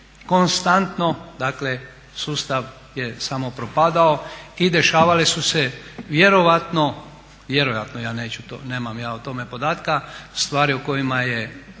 konstantno, dakle sustav je samo propadao i dešavale su se vjerojatno, ja nemam o tome podatka, stvari o kojima je